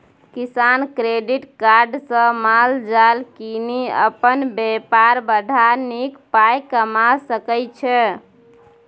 किसान credit card सँ माल जाल कीनि अपन बेपार बढ़ा नीक पाइ कमा सकै छै